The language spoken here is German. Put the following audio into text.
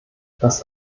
das